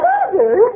Mother